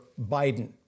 Biden